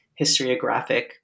historiographic